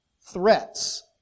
threats